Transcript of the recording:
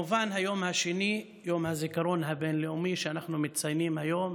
היום השני הוא כמובן יום הזיכרון הבין-לאומי שאנחנו מציינים היום,